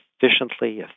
efficiently